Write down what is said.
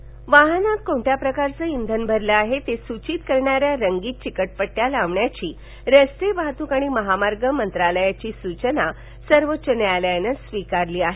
इंधनपट्टी वाहनात कोणत्या प्रकारचं इंधन भरलं आहे ते सूचित करणाऱ्या रंगीत चिकटपट्टया लावण्याची रस्ते वाहतूक आणि महामार्ग मंत्रालयाची सुचना सर्वोच्च न्यायालयानं स्विकारली आहे